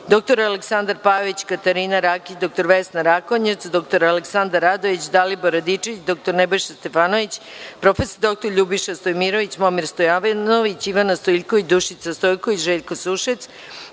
dr Aleksandar Pajović, Katarina Rakić, dr Vesna Rakonjac, dr Aleksandar Radojević, Dalibor Radičević, dr Nebojša Stefanović, prof. dr Ljubiša Stojmirović, Momir Stojanović, Ivana Stoiljković, Dušica Stojković, Željko Sušec,